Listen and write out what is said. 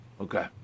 Okay